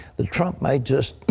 that trump may just,